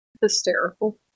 hysterical